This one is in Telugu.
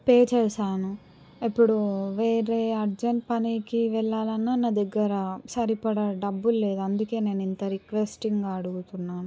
పే చేశాను ఇప్పుడు వేరే అర్జెంట్ పనికి వెళ్ళాలన్నా నా దగ్గర సరిపడ డబ్బులు లేదు అందుకే నేను ఇంత రిక్వెస్టింగా అడుగుతున్నాను